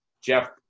Jeff